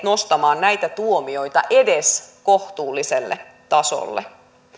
nostamaan näitä tuomioita edes kohtuulliselle tasolle